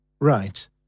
Right